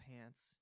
pants